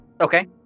Okay